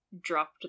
dropped